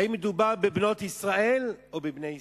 האם מדובר בבנות ישראל או בבני ישראל.